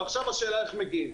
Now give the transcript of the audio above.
ועכשיו השאלה איך מגיעים.